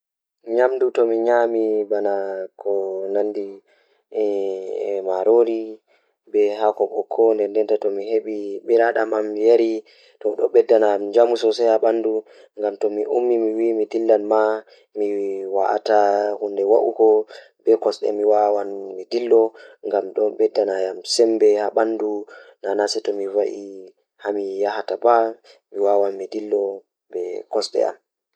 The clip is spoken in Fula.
Njoɓdi e cuɓu ɗiina hol no jogii hikka kadi ɓuri laawol. Njoɓdi doo waɗi no hokka jemma, kadi yonti ɓe ndiyam e pootol. Kono, njoɓdi njiɗo kadi woni no gollal e ngoodi, tigi kadi njahaari. No keewi kadi tawii soodude e njahaaɓe, ngam waɗde ceede e finndeele.